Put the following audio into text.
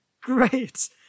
Great